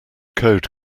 code